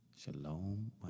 Shalom